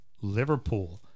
Liverpool